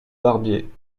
barbier